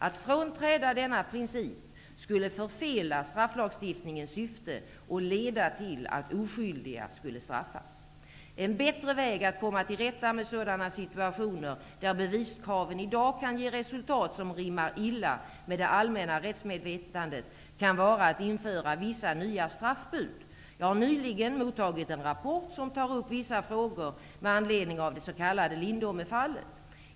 Att frånträda denna princip skulle förfela strafflagstiftningens syfte och leda till att oskyldiga skulle straffas. En bättre väg är att komma till rätta med sådana situationer där beviskraven i dag kan ge resultat som rimmar illa med det allmänna rättsmedvetandet kan vara att införa vissa nya straffbud. Jag har nyligen mottagit en rapport som tar upp vissa frågor med anledning av det s.k. Lindome-fallet.